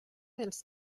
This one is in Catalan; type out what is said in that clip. dels